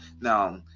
Now